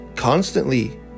Constantly